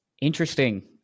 Interesting